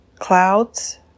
Clouds